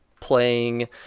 playing